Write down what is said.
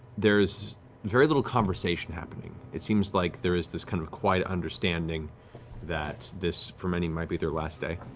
there is very little conversation happening. it seems like there is this kind of quiet understanding that this, for many, might be their last day.